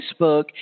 Facebook